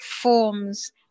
forms